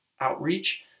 outreach